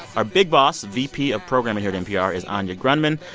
our big boss vp of programming here at npr is anya grundmann.